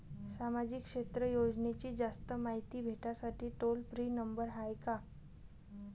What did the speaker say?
सामाजिक क्षेत्र योजनेची जास्त मायती भेटासाठी टोल फ्री नंबर हाय का?